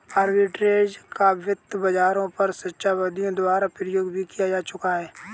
arbitrage का वित्त बाजारों पर शिक्षाविदों द्वारा प्रयोग भी किया जा चुका है